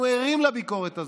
אנחנו ערים לביקורת הזאת.